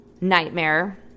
nightmare